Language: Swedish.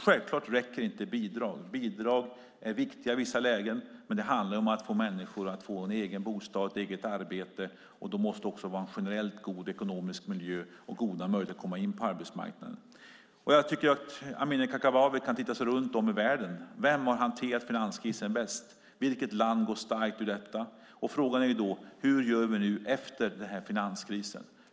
Självklart räcker inte bidrag. Bidrag är viktiga i vissa lägen. Men det handlar om att få människor att få en egen bostad, ett eget arbete och ofta också en generellt god ekonomisk miljö för att komma in på arbetsmarknaden. Jag tycker att Amineh Kakabaveh kan titta sig runt om i världen. Vem har hanterat finanskrisen bäst? Vilket land går starkt ur detta? Frågan är: Hur gör vi nu efter finanskrisen?